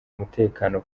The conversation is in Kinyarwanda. umutekano